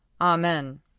Amen